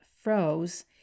froze